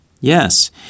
Yes